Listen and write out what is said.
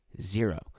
zero